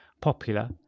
popular